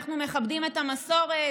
אנחנו מכבדים את המסורת.